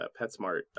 PetSmart